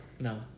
No